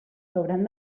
hauran